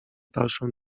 dalszą